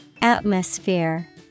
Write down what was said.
Atmosphere